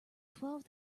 twelve